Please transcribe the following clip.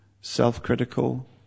self-critical